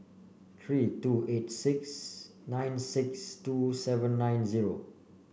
three two eight six nine six two seven nine zero